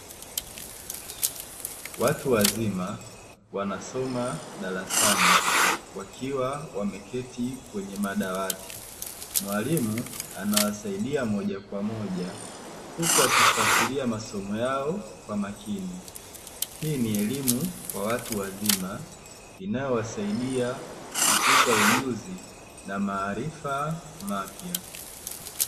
Watu wazima wanasoma darasani wakiwa wameketi kwenye madawati, mwalimu anawasaidia moja kwa moja huku akifuatilia masomo yao kwa makini, hii ni elimu kwa watu wazima inayowasaidia kukuza ujuzi na maarifa mapya.